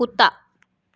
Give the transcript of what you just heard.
कुत्ता